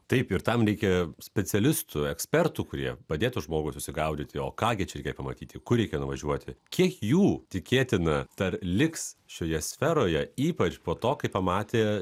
taip ir tam reikia specialistų ekspertų kurie padėtų žmogui susigaudyti o ką gi čia reikia pamatyti kur reikia nuvažiuoti kiek jų tikėtina dar liks šioje sferoje ypač po to kai pamatė